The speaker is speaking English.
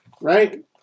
Right